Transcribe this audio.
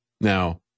Now